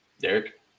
Derek